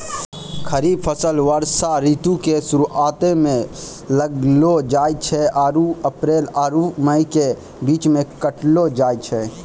खरीफ फसल वर्षा ऋतु के शुरुआते मे लगैलो जाय छै आरु अप्रैल आरु मई के बीच मे काटलो जाय छै